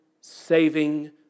saving